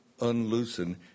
unloosen